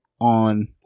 on